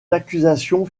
accusations